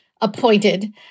appointed